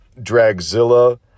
Dragzilla